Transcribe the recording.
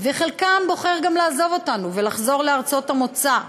חלקם בוחר לעזוב אותנו ולחזור לארצות המוצא.